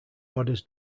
orders